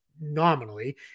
nominally